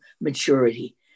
maturity